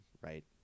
right